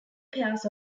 pairs